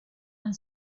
and